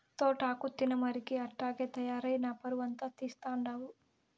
తోటాకు తినమరిగి అట్టాగే తయారై నా పరువంతా తీస్తండావు